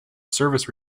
service